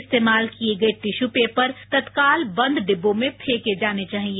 इस्तेमाल किये गये टिश्यू पेपर तत्काल बंद डिब्बो में फेंके जाने चाहिए